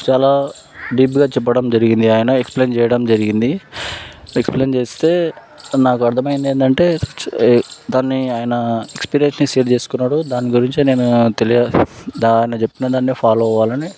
చాలా డీప్గా చెప్పడం జరిగింది ఆయన ఎక్స్ప్లెయిన్ చేయడం జరిగింది ఎక్స్ప్లెయిన్ చేస్తే నాకు అర్థమైంది ఏందంటే దాన్ని ఆయన ఎక్స్పీరియన్స్ని షేర్ చేసుకున్నాడు దాన్ని గురించి నేను తెలియ దాన్ని నేను చెప్తున్నా నన్ను ఫాలో అవ్వాలని